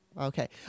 okay